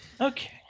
Okay